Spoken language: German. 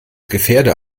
gefährder